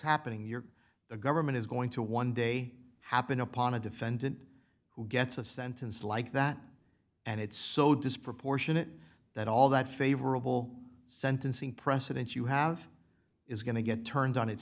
happening your government is going to one day happen upon a defendant who gets a sentence like that and it's so disproportionate that all that favorable sentencing precedents you have is going to get turned on